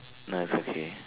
no its okay